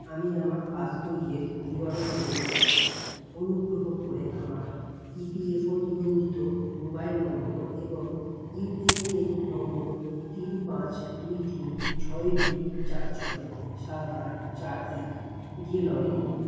আমি আমার পাসবইয়ের বিবরণ পেতে চাই অনুগ্রহ করে আমার ইপিএফও নিবন্ধিত মোবাইল নম্বর এবং ইউএএন নম্বর তিন পাঁচ দুই তিন ছয় দুই চার ছয় সাত আট চার এক দিয়ে লগ ইন করুন